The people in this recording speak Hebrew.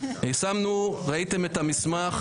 ראיתם את המסמך.